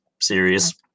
series